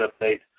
update